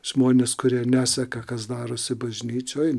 žmonės kurie neseka kas darosi bažnyčioj